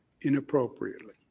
inappropriately